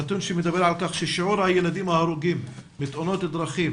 הנתון מדבר על כך ששיעור הילדים ההרוגים בתאונות דרכים